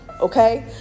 okay